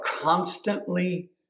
constantly